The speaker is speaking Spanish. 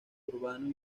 urbano